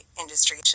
industry